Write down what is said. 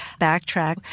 backtrack